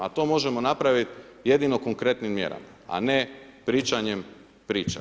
A to možemo napraviti jedino konkretnim mjerama, a ne pričanjem priča.